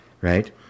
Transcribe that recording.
right